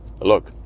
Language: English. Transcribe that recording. Look